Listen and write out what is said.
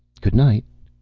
good night.